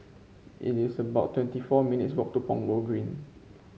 it is about twenty four minutes' walk to Punggol Green